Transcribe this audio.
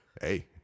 Hey